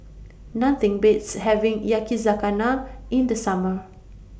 Nothing Beats having Yakizakana in The Summer